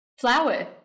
Flower